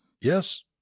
yes